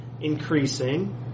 increasing